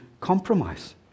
compromise